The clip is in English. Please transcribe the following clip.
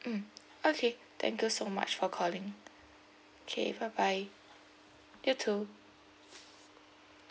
mm okay thank you so much for calling okay bye bye you too